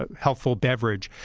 ah helpful beverage.